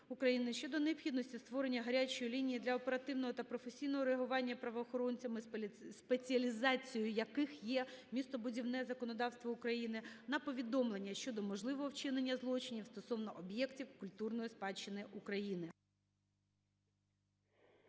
України щодо необхідності створення "гарячої лінії" для оперативного та професійного реагування правоохоронцями, спеціалізацією яких є містобудівне законодавство України, на повідомлення щодо можливого вчинення злочинів стосовно об'єктів культурної спадщини України.